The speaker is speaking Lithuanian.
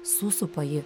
susupa jį